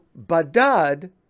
Badad